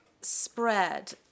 spread